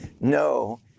No